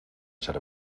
ser